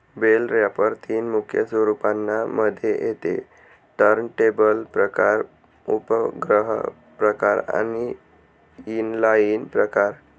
bell wrapper तीन मुख्य स्वरूपांना मध्ये येते टर्नटेबल प्रकार, उपग्रह प्रकार आणि इनलाईन प्रकार